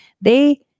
they-